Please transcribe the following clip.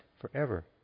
forever